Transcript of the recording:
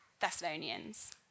Thessalonians